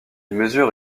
mesure